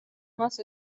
მას